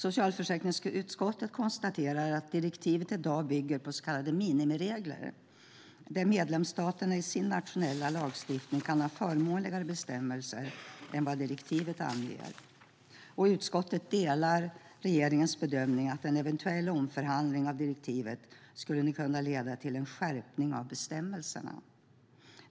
Socialförsäkringsutskottet konstaterar att direktivet i dag bygger på så kallade minimiregler, där medlemsstaterna i sin nationella lagstiftning kan ha förmånligare bestämmelser än vad direktivet anger. Utskottet delar regeringens bedömning att en eventuell omförhandling av direktivet skulle kunna leda till en skärpning av bestämmelserna.